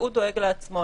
שהוא דואג לעצמו.